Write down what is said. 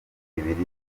ibiri